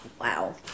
Wow